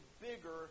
bigger